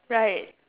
right